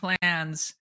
plans